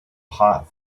hot